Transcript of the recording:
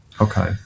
Okay